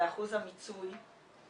לאחוז המיצוי.